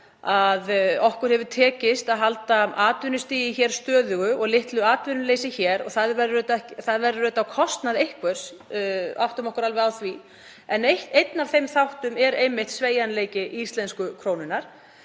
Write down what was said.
að okkur hefur tekist að halda atvinnustigi hér stöðugu og litlu atvinnuleysi og það verður auðvitað á kostnað einhvers, við áttum okkur alveg á því. Einn af þeim þáttum er einmitt sveigjanleiki íslensku krónunnar